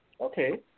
okay